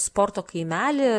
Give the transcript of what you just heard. sporto kaimelį